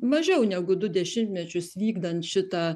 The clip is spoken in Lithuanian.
mažiau negu du dešimtmečius vykdant šitą